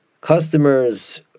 customers